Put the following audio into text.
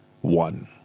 one